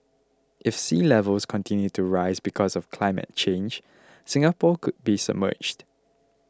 if sea levels continue to rise because of climate change Singapore could be submerged